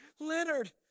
Leonard